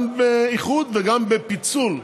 גם באיחוד וגם בפיצול.